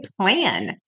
plan